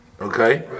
Okay